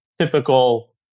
typical